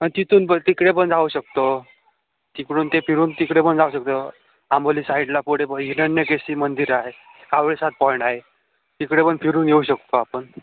हा तिथून पण तिकडे पण जाऊ शकतो तिकडून ते फिरून तिकडे पण जाऊ शकतो आंबोली साईडला पुढे प हिरण्यकेशी मंदिर आहे कावळेसाद पॉइंट आहे तिकडे पण फिरून येऊ शकतो आपण